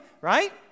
right